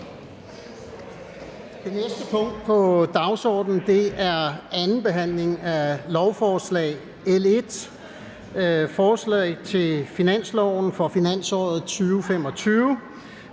Det næste punkt på dagsordenen er: 2) 2. behandling af lovforslag nr. L 1: Forslag til finanslov for finansåret 2025.